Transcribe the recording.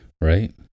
Right